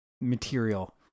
material